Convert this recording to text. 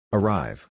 Arrive